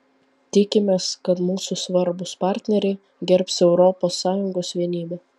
tikimės kad mūsų svarbūs partneriai gerbs europos sąjungos vienybę